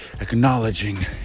acknowledging